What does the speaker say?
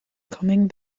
coming